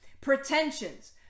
pretensions